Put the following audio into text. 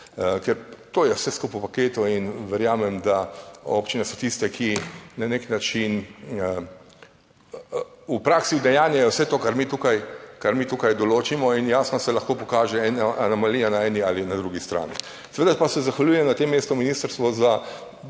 ker to je vse skupaj v paketu in verjamem, da občine so tiste, ki na nek način v praksi udejanjajo vse to, kar mi tukaj, kar mi tukaj določimo in jasno se lahko pokaže ena anomalija na eni ali na drugi strani. Seveda pa se zahvaljujem na tem mestu Ministrstvu za